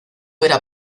era